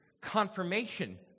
confirmation